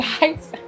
guys